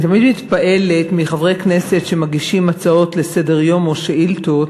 אני תמיד מתפעלת מחברי כנסת שמגישים הצעות לסדר-היום או שאילתות